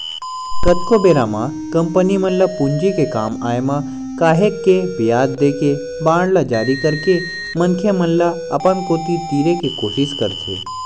कतको बेरा म कंपनी मन ल पूंजी के काम आय म काहेक के बियाज देके बांड ल जारी करके मनखे मन ल अपन कोती तीरे के कोसिस करथे